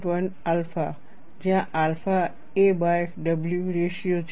1 alpha જ્યાં alpha a by w ratio છે